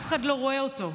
אף אחד לא רואה אותו,